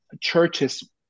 churches